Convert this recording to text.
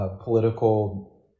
political